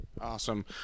Awesome